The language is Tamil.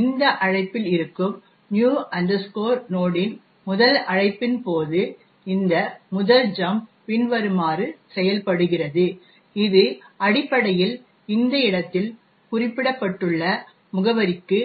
எனவே இந்த அழைப்பில் இருக்கும் new node இன் முதல் அழைப்பின் போது இந்த முதல் ஜம்ப் பின்வருமாறு செயல்படுகிறது இது அடிப்படையில் இந்த இடத்தில் குறிப்பிடப்பட்டுள்ள முகவரிக்கு